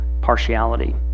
partiality